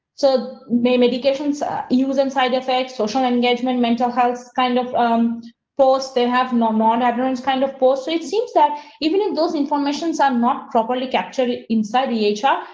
so, medications use and side effects, social engagement, mental health kind of um post. they have no, not. everyone's kind of post. it seems that even if those informations are not properly captured inside the asia,